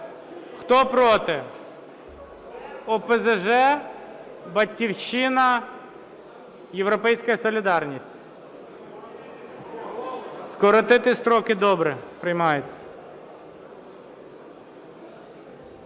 Хто – проти? ОПЗЖ, "Батьківщина", "Європейська солідарність". Скоротити строки – добре, приймається.